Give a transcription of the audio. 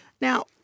Now